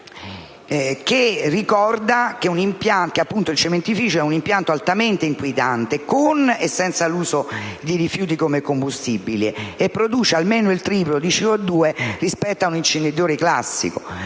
il cementificio è «un impianto altamente inquinante, con e senza l'uso di rifiuti come combustibile, e produce almeno il triplo di CO2 rispetto a un inceneritore classico».